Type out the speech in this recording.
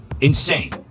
Insane